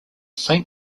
saint